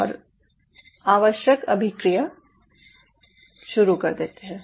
और आवश्यक अभिक्रिया शुरू करते हैं